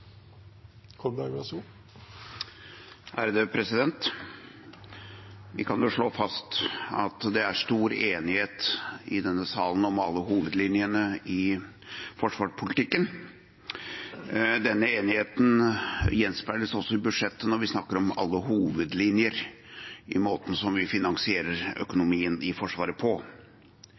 Vi kan slå fast at det er stor enighet i denne salen om alle hovedlinjene i forsvarspolitikken. Denne enigheten gjenspeiles også i budsjettet når vi snakker om alle hovedlinjer i måten vi finansierer økonomien i Forsvaret på.